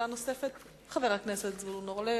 לשאלתו של חבר הכנסת אריה